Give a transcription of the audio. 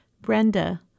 Brenda